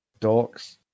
Dorks